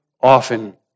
often